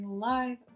live